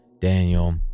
Daniel